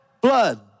blood